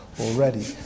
already